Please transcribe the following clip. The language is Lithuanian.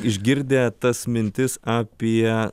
išgirdę tas mintis apie